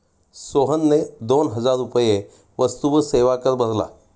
सोहनने दोन हजार रुपये वस्तू व सेवा कर भरला